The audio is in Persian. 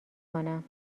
کنم